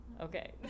Okay